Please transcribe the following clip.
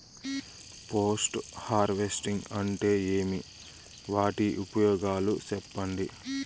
Post harvesting అంటే ఏమి? వాటి ఉపయోగాలు చెప్పండి?